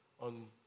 on